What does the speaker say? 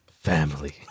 family